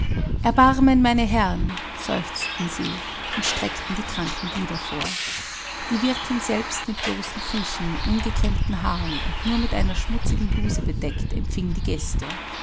erbarmen meine herren seufzten sie und streckten die kranken glieder vor die wirtin selbst mit bloßen füßen ungekämmten haaren und nur mit einer schmutzigen blouse bedeckt empfing die gäste